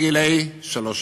גילאי שלוש-ארבע.